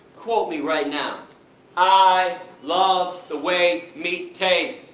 quote me right now i love the way meat tastes.